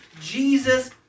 Jesus